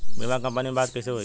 बीमा कंपनी में बात कइसे होई?